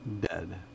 Dead